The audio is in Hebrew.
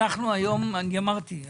אנחנו היום בקואליציה,